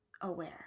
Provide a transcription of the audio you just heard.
aware